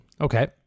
Okay